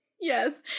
Yes